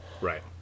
Right